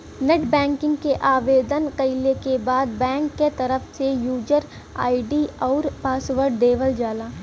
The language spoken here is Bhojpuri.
नेटबैंकिंग क आवेदन कइले के बाद बैंक क तरफ से यूजर आई.डी आउर पासवर्ड देवल जाला